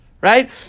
right